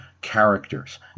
characters